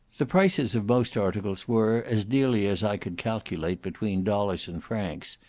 the prices of most articles were, as nearly as i could calculate between dollars and francs,